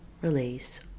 release